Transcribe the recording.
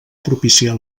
propicià